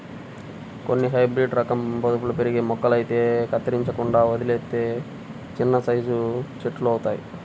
కొన్ని హైబ్రేడు రకం పొదల్లాగా పెరిగే మొక్కలైతే కత్తిరించకుండా వదిలేత్తే చిన్నసైజు చెట్టులంతవుతయ్